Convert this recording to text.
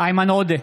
איימן עודה,